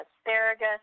asparagus